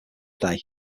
day